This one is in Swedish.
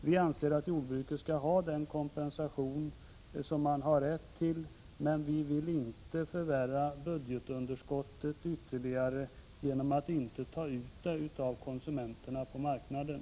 Vi anser att jordbruket skall ha den kompensation som det har rätt till, men vi vill inte öka budgetunderskottet ytterligare genom att inte ta ut denna kompensation av konsumenterna på marknaden.